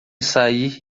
sair